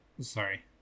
Sorry